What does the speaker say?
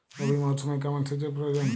রবি মরশুমে কেমন সেচের প্রয়োজন?